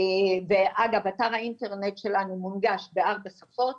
אגב, אתר האינטרנט שלנו מונגש בארבע שפות,